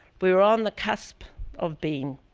we were on the cusp of being,